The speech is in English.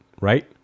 Right